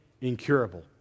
incurable